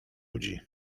łudzi